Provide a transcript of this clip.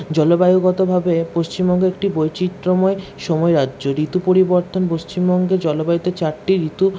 জলবায়ুগতভাবে পশ্চিমবঙ্গ একটি বৈচিত্র্যময় সময় রাজ্য ঋতু পরিবর্তন পশ্চিমবঙ্গে জলবায়ুতে চারটি ঋতু